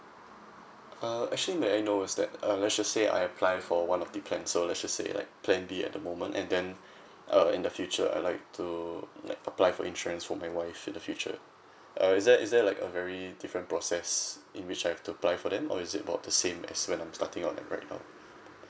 uh actually may I know that uh let's just say I apply for one of the plan so let's just say like plan B at the moment and then uh in the future I'd like to like apply for insurance for my wife in the future uh is there is there like a very different process in which I've to apply for them or is it about the same as when I'm starting out like right now